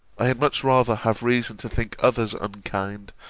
i had much rather have reason to think others unkind,